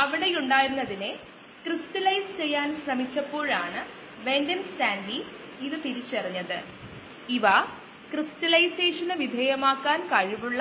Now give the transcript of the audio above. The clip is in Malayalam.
അങ്ങനെയാണെങ്കിൽ നമുക്ക് x ന്റെ അടിസ്ഥാനത്തിൽ S എഴുതാൻ യിൽഡ് കോയിഫിഷ്യന്റ് ഉപയോഗിക്കാം S0 ഒരു